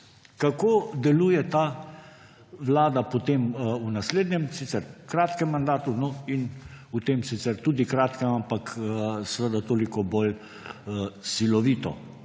kako deluje ta vlada potem v naslednjem, sicer kratkem mandatu in v tem sicer tudi kratkem, ampak seveda toliko bolj silovitem.